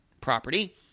property